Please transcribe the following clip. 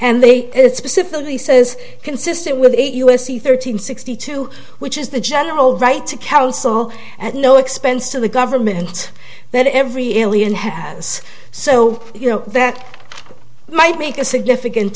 and they it's specifically says consistent with eight u s c thirteen sixty two which is the general right to counsel at no expense to the government that every alien has so you know that might make a significant